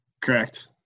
Correct